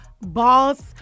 boss